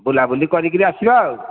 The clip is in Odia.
ବୁଲାବୁଲି କରିକରି ଆସିବା ଆଉ